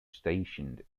stationed